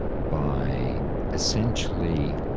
by essentially